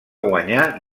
guanyar